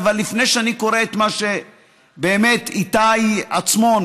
אבל לפני שאני קורא את מה שכתב איתי עצמון,